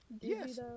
Yes